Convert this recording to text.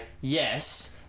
yes